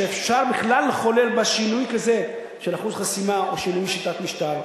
שאפשר בכלל לחולל בה שינוי כזה של אחוז החסימה או שינוי שיטת המשטר,